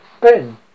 Ben